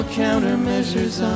countermeasures